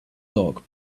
doc